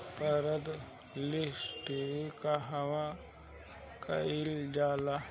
पारद टिक्णी कहवा कयील जाला?